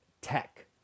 tech